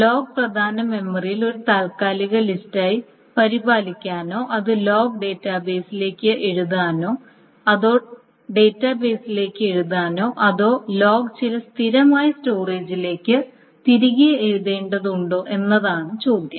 log പ്രധാന മെമ്മറിയിൽ ഒരു താൽക്കാലിക ലിസ്റ്റായി പരിപാലിക്കണോ അതോ ലോഗ് ഡാറ്റാബേസിലേക്ക് എഴുതണോ അതോ ഡാറ്റാബേസിലേക്ക് എഴുതണോ അതോ ലോഗ് ചില സ്ഥിരമായ സ്റ്റോറേജിലേക്ക് തിരികെ എഴുതേണ്ടതുണ്ടോ എന്നതാണ് ചോദ്യം